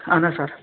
اَہَن حظ سَر